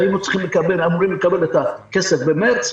והיינו אמורים לקבל את הכסף במרץ,